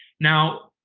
now,